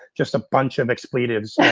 just a bunch of explicittives,